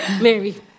Mary